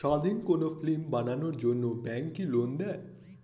স্বাধীন কোনো ফিল্ম বানানোর জন্য ব্যাঙ্ক কি লোন দেয়?